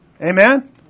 Amen